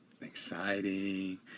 Exciting